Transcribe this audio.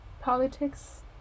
Politics